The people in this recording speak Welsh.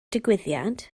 digwyddiad